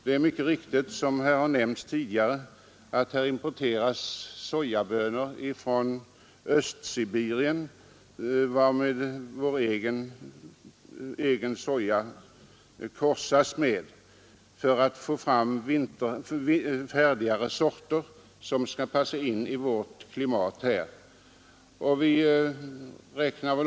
Det är också riktigt, som har nämnts här tidigare, att Algot Holmberg och Söner från Östsibirien importerar sojabönor, som vår egen soja korsas med för att få fram härdigare sorter som kan passa i vårt klimat.